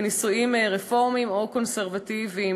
בנישואים רפורמיים או קונסרבטיביים.